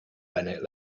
bennett